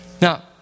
now